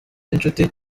n’inshuti